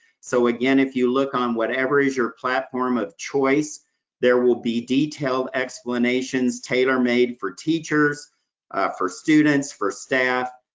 so again, if you look on whatever is your platform of choice there will be detailed explanations tailor made for teachers for students, for staff,